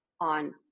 on